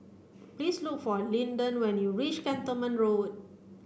please look for Lyndon when you reach Cantonment Road